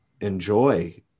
enjoy